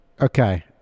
Okay